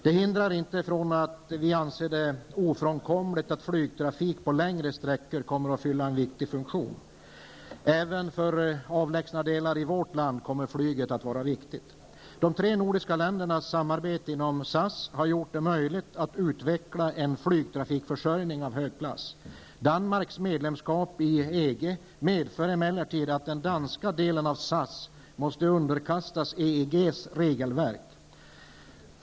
Det hindrar inte att vi anser att flygtrafik på längre sträckor kommer att fylla en viktig funktion. Även för avlägsna delar i vårt land kommer flyget att vara viktigt. De tre nordiska ländernas samarbete inom SAS har gjort det möjligt att utveckla en flygtrafikförsörjning av hög klass. Danmarks medlemskap i EG medför emellertid att den danska delen av SAS måste underkastas EGs regelverk.